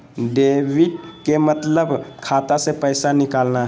debit के मतलब खाता से पैसा निकलना हय